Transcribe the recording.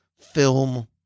film